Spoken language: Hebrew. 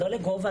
לא לגובה,